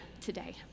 today